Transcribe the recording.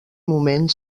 moment